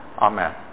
Amen